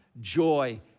joy